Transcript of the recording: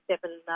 seven